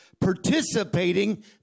participating